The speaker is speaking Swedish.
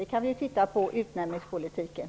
Det ser vi på utnämningspolitiken.